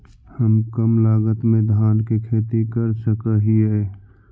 हम कम लागत में धान के खेती कर सकहिय?